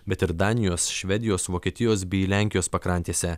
bet ir danijos švedijos vokietijos bei lenkijos pakrantėse